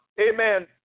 amen